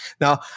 Now